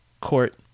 court